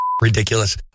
ridiculous